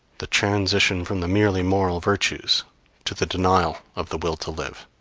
the transition from the merely moral virtues to the denial of the will to live.